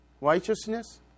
righteousness